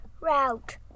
route